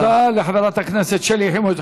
תודה לחברת הכנסת שלי יחימוביץ.